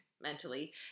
mentally